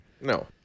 No